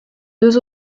deux